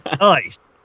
Nice